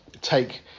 take